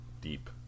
deep